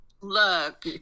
Look